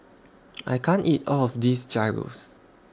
I can't eat All of This Gyros